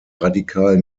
radikal